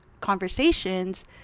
conversations